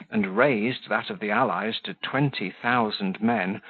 and raised that of the allies to twenty thousand men,